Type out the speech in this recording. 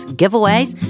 giveaways